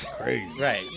right